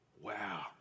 Wow